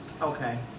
Okay